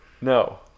no